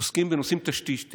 עוסקים בנושאים תשתיתיים,